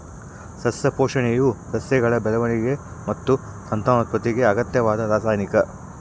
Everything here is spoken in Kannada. ಸಸ್ಯ ಪೋಷಣೆಯು ಸಸ್ಯಗಳ ಬೆಳವಣಿಗೆ ಮತ್ತು ಸಂತಾನೋತ್ಪತ್ತಿಗೆ ಅಗತ್ಯವಾದ ರಾಸಾಯನಿಕ